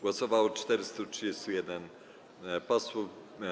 Głosowało 431 posłów.